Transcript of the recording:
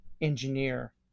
engineer